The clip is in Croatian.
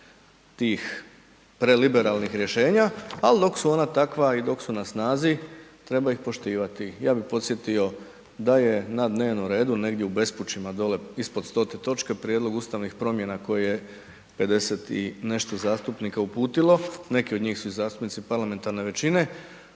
tih preliberalnih rješenja, ali dok su ona takva i dok su na snazi treba ih poštivati. Ja bih podsjetio da je na dnevnom redu negdje u bespućima dole ispod 100 točke prijedlog ustavnih promjena koje 50 i nešto zastupnika uputilo. Neke od njih su zastupnici parlamentarne većine,